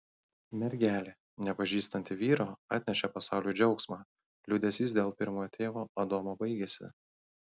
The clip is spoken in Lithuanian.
mergelė nepažįstanti vyro atnešė pasauliui džiaugsmą liūdesys dėl pirmojo tėvo adomo baigėsi